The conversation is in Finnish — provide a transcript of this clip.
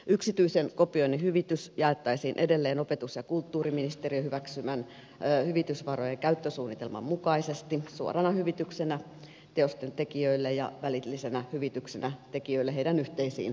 yksityisen kopioinnin hyvitys jaettaisiin edelleen opetus ja kulttuuriministe riön hyväksymän hyvitysvarojen käyttösuunnitelman mukaisesti suorana hyvityksenä teosten tekijöille ja välillisenä hyvityksenä tekijöille heidän yhteisiin tarkoituksiinsa